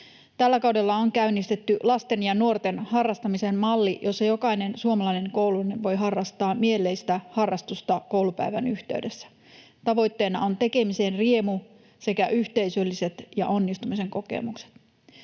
Tällä kaudella on käynnistetty lasten ja nuorten harrastamisen malli, jossa jokainen suomalainen koululainen voi harrastaa mieleistään harrastusta koulupäivän yhteydessä. Tavoitteena on tekemisen riemu sekä yhteisölliset ja onnistumisen kokemukset.